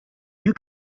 you